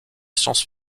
science